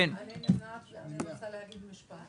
אני נמנעת ואני רוצה להגיד משהו.